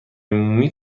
مومی